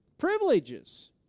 Privileges